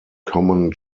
common